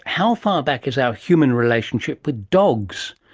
how far back is our human relationship with dogs?